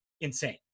insane